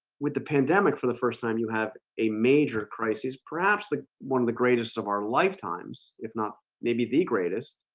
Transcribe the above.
with the pandemic for the first time you have a major crises, perhaps the one of the greatest of our lifetimes if not maybe the greatest